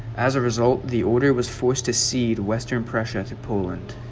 as a result the order was forced to cede western pressure to poland